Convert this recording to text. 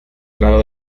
grado